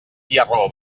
tiarró